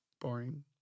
Boring